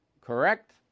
Correct